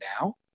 now